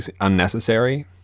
unnecessary